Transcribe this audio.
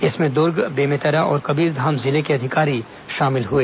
इसमें दुर्ग बेमेतरा और कबीरधाम जिले के अधिकारी शामिल हुए